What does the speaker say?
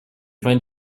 find